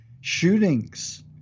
shootings